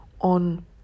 on